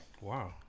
Wow